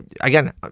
again